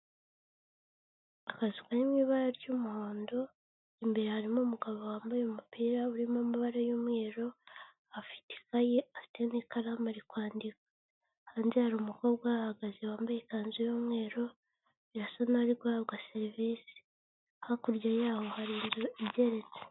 Akazu kari mu ibara ry'umuhondo, imbere harimo umugabo wambaye umupira urimo amabara y'umweru, afite ikaye, afite n'ikaramu ari kwandika. Hanze hari umukobwa uhahagaze wambaye ikanzu y'umweru, birasa naho ari guhabwa serivisi. Hakurya yaho hari inzu igeretse.